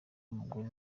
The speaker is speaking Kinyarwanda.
w’amaguru